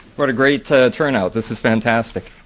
what a great turnout. this is fantastic.